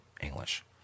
English